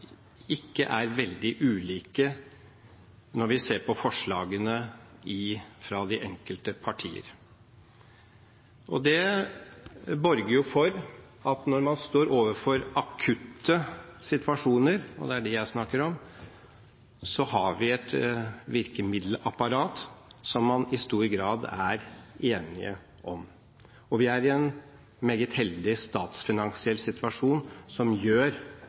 ikke er veldig ulike når vi ser på forslagene fra de enkelte partier. Det borger for at når man står overfor akutte situasjoner, og det er dem jeg snakker om, har vi et virkemiddelapparat som man i stor grad er enige om. Vi er i en meget heldig statsfinansiell situasjon som gjør